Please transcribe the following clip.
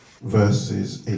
verses